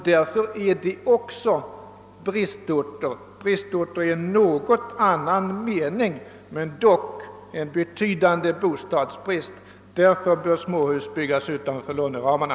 De utgör därför bristorter, visserligen i en något annan mening än den gängse, men dock med en betydande bostadsbrist. Därför bör småhus byggas utanför ramarna.